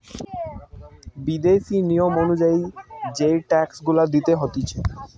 বিদেশি নিয়ম অনুযায়ী যেই ট্যাক্স গুলা দিতে হতিছে